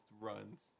runs